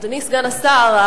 אדוני סגן השר,